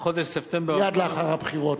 בחודש ספטמבר האחרון,